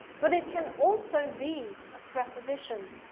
but it can also be a preposition.